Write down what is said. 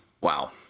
Wow